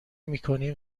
میکنیم